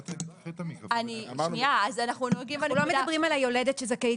אנחנו לא מדברים על היולדת שזכאית